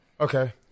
Okay